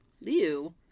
Ew